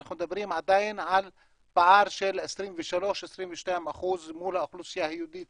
אנחנו מדברים עדיין על פער של 23%-22% מול האוכלוסייה היהודית.